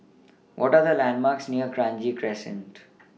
What Are The landmarks near Kranji Crescent